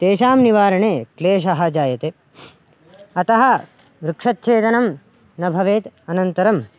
तेषां निवारणे क्लेशः जायते अतः वृक्षच्छेदनं न भवेत् अनन्तरं